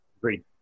Great